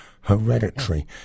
Hereditary